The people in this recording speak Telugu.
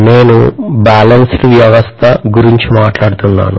నేను బ్యాలన్సుడ్ వ్యవస్థ గురించి మాట్లాడుతున్నాను